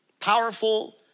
Powerful